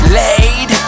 laid